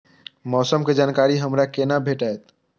मौसम के जानकारी हमरा केना भेटैत?